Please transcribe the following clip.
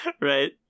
Right